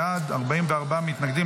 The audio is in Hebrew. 37 בעד, 44 נגד.